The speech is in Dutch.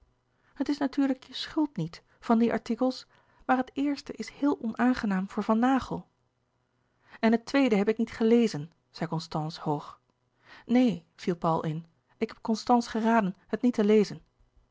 het is natuurlijk je schuld niet van die artikels maar het eerste is heel onaangenaam voor van naghel en het tweede heb ik niet gelezen zei constance hoog neen viel paul in ik heb constance geraden het niet te lezen